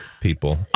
people